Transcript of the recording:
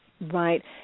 Right